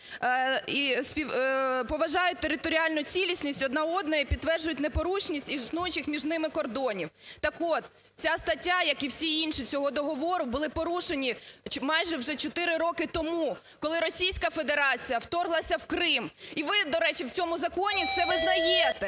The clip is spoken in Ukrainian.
поважають територіальну цілісність одна одної, підтверджують непорушність існуючих між ними кордонів. Так от, ця стаття, як і всі інші цього договору, були порушені майже вже чотири роки тому, коли Російська Федерація вторглася в Крим. І ви, до речі, в цьому законі це визнаєте.